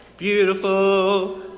Beautiful